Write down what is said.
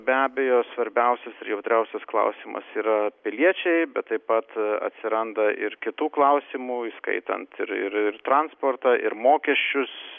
be abejo svarbiausias ir jautriausias klausimas yra piliečiai bet taip pat atsiranda ir kitų klausimų įskaitant ir ir transportą ir mokesčius